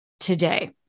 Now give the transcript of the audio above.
today